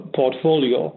portfolio